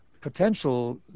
potential